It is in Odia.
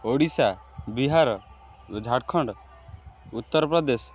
ଓଡ଼ିଶା ବିହାର ଝାଡ଼ଖଣ୍ଡ ଉତ୍ତରପ୍ରଦେଶ